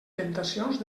temptacions